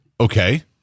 okay